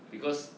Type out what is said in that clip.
because